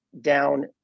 down